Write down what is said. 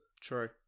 True